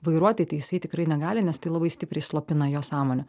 vairuoti tai jisai tikrai negali nes tai labai stipriai slopina jo sąmonę